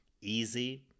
Easy